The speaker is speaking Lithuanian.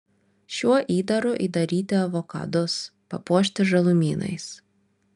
šiuo įdaru įdaryti avokadus papuošti žalumynais